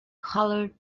colored